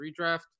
redraft